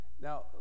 Now